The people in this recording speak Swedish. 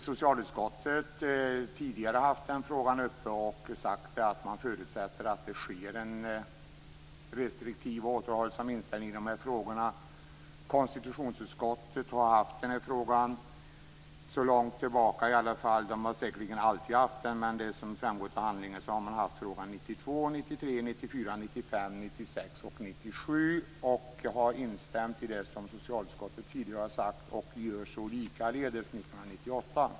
Socialutskottet har tidigare haft den frågan uppe och sagt att man förutsätter att det sker en restriktiv och återhållsam tillämpning när det gäller de här frågorna. Konstitutionsutskottet har tagit upp frågan sedan långt tillbaka i tiden. Det har säkerligen alltid tagit upp den. Men som framgår av handlingarna har man behandlat frågan år 1992, 1993, 1994, 1995, 1996 och 1997. Utskottet har då instämt i det som socialutskottet tidigare har sagt. Utskottet gör så likaledes år 1998.